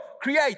Create